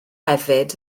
hefyd